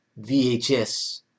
VHS